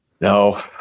No